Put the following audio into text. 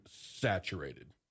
saturated